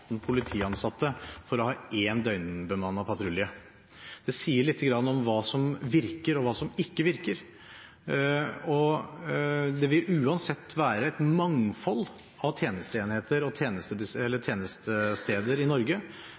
politiansatte for å ha én døgnbemannet patrulje. Det sier lite grann om hva som virker, og hva som ikke virker. Det vil uansett være et mangfold av tjenesteenheter og tjenestesteder i Norge